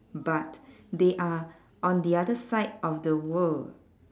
but they are on the other side of the world